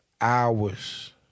hours